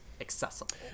accessible